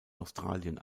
australien